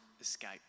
escape